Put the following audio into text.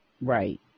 right